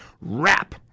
Rap